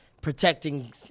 protecting